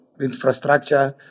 infrastructure